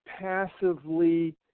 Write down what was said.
passively